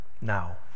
now